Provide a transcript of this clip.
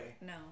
No